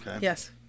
Yes